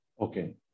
Okay